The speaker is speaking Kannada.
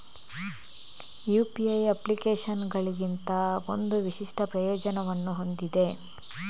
ಯು.ಪಿ.ಐ ಅಪ್ಲಿಕೇಶನುಗಳಿಗಿಂತ ಒಂದು ವಿಶಿಷ್ಟ ಪ್ರಯೋಜನವನ್ನು ಹೊಂದಿದೆ